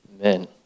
Amen